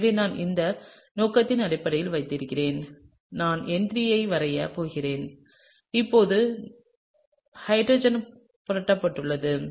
எனவே நான் இந்த நோக்குநிலையை அப்படியே வைத்திருக்கிறேன் நான் N3 ஐ வரையப் போகிறேன் இப்போது ஹைட்ரஜன் புரட்டப்பட்டுள்ளது